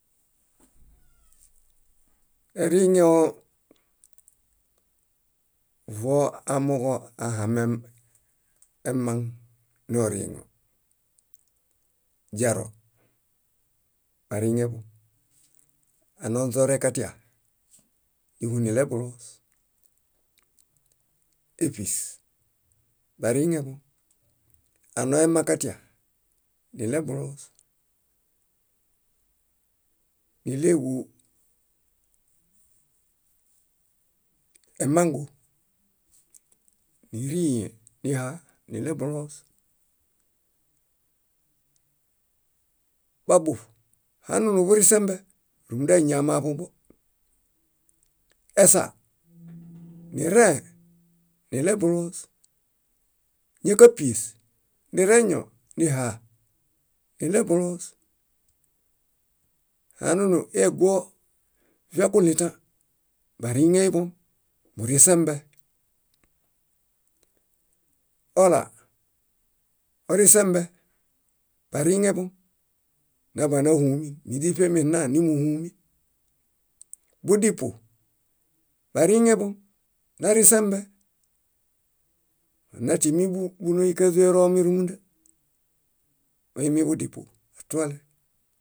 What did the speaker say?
. Eriŋeo vo amooġo ahame emaŋ noriŋo: źaro, bariŋeḃom; anoźorẽkatia, níĥu niɭebuloos. Éṗis, bariŋeḃom; anoźorẽkatia niɭebuloos. Níɭeġu emangu, nírie niha niɭebuloos. Babuṗ hanunu burĩsembe húmundaañi amaḃuḃo. Esa, nirẽẽ niɭebuloos. Ñákapies nireño níĥa niɭebuloos. Hanunu eguo viakulitã, bariŋeiḃom, burĩsembe. Ola, orĩsembe, bariŋeḃom, nóḃanohumin. Míźiṗemi nna númuhumin. Budipu, bariŋeiḃom, narĩsembe, munatimi búnoikaźu eromi húmunda, moimibudipu atuale.